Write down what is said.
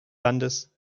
landes